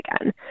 again